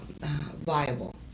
viable